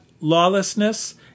lawlessness